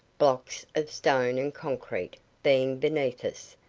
blocks of stone and concrete being beneath us,